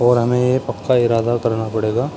اور ہمیں یہ پکا ارادہ کرنا پڑے گا